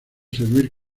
servir